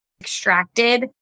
extracted